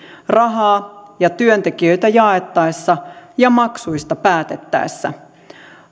rahaa ja työntekijöitä jaettaessa ja maksuista päätettäessä